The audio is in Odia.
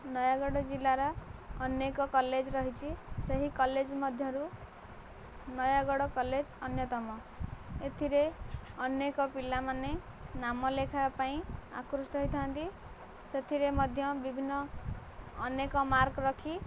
ନୟାଗଡ଼ ଜିଲ୍ଲାର ଅନେକ କଲେଜ ରହିଛି ସେହି କଲେଜ ମଧ୍ୟରୁ ନୟାଗଡ଼ କଲେଜ ଅନ୍ୟତମ ଏଥିରେ ଅନେକ ପିଲାମାନେ ନାମ ଲେଖାଇବା ପାଇଁ ଆକୃଷ୍ଟ ହୋଇଥାନ୍ତି ସେଥିରେ ମଧ୍ୟ ବିଭିନ୍ନ ଅନେକ ମାର୍କ ରଖି